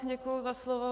Děkuji za slovo.